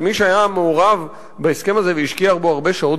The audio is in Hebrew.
למי שהיה מעורב בהסכם הזה והשקיע בו הרבה שעות,